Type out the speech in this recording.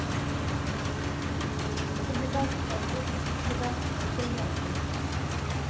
तुसी दस्स पाएओ दस्स पाएओ फिर ही आह्गे